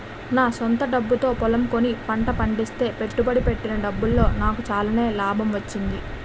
నా స్వంత డబ్బుతో పొలం కొని పంట పండిస్తే పెట్టుబడి పెట్టిన డబ్బులో నాకు చాలానే లాభం వచ్చింది